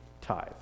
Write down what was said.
tithe